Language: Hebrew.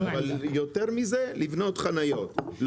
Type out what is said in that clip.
יותר מזה, לבנות חניות.